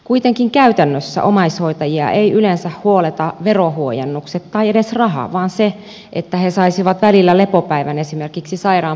kuitenkin käytännössä omaishoitajia eivät yleensä huoleta veronhuojennukset tai edes raha vaan se että he saisivat välillä lepopäivän esimerkiksi sairaan puolison hoidosta